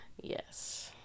Yes